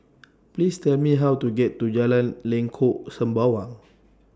Please Tell Me How to get to Jalan Lengkok Sembawang